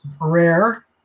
rare